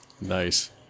Nice